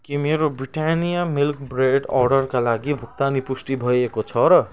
के मेरो Britannia milk bread अर्डरका लागि भुक्तानी पुष्टि भएको छ र